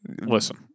Listen